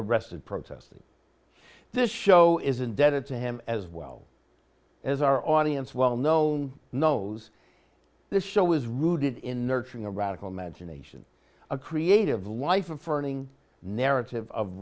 arrested protesting this show is indebted to him as well as our audience wellknown knows the show is rooted in urging a radical magination a creative life affirming narrative of